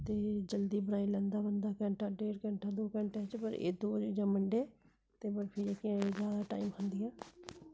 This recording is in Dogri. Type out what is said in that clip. ते जल्दी बनाई लैंदा बंदा घैंटा डेढ घैंटा दो घैंटे च पर एह् दो चीज़ां मंडे ते बर्फी जेह्की ते एह् ज्यादा टाइम खंदियां